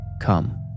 Come